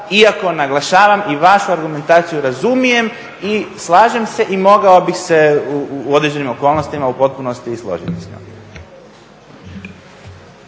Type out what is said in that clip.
Iako naglašavam i vašu argumentaciju razumijem i slažem se i mogao bih se u određenim okolnostima u potpunosti i složiti s njom.